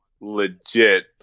legit